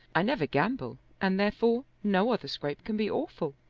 i never gamble, and therefore no other scrape can be awful.